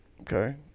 Okay